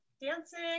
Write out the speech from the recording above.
dancing